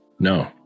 no